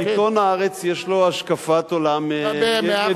עיתון "הארץ" יש לו השקפת עולם ידועה.